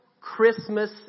Christmas